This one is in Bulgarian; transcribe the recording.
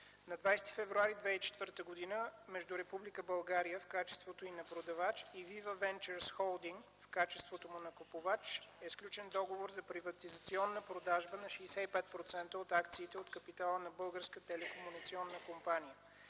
на 20 февруари 2004 г. между Република България в качеството й на продавач и „Вива Венчърс Холдинг” в качеството му на купувач е сключен договор за приватизационна продажба на 65% от акциите на капитала на Българската телекомуникационна компания